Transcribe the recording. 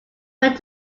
went